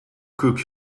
cook